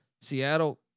Seattle